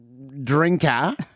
drinker